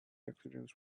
accidents